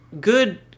good